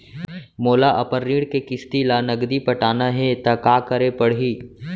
मोला अपन ऋण के किसती ला नगदी पटाना हे ता का करे पड़ही?